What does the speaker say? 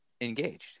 engaged